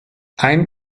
ein